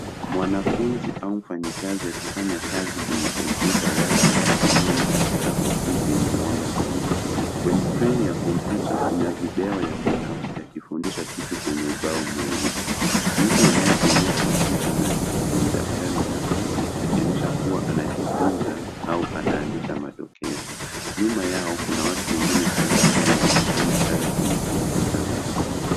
Mwanafunzi au mfanyakazi akifanya kazi kwenye kompyuta yake ya mkononi katika ofisi yenye mwanga mwingi. Kwenye skrini ya kompyuta kuna video ya mwanamke akifundisha kitu kwenye ubao mweusi. Mtu anayetumia kompyuta anaandika kwenye daftari lake akionyesha kuwa anajifunza au anaandika madokezo. Nyuma yake kuna watu wengine kadhaa pia wakifanya kazi kwenye kompyuta zao.